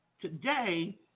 today